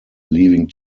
leaving